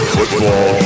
football